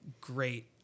great